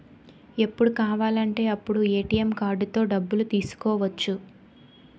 ఎప్పుడు కావాలంటే అప్పుడు ఏ.టి.ఎం కార్డుతో డబ్బులు తీసుకోవచ్చు